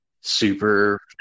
super